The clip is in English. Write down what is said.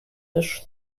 dish